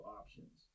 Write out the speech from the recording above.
options